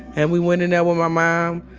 and we went in there with my mom,